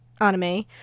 anime